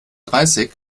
dreißig